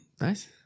Nice